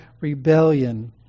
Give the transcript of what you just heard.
rebellion